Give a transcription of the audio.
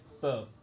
boom